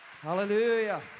Hallelujah